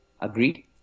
agreed